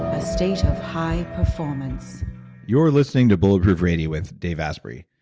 a state of high performance you're listening to bulletproof radio with dave asprey.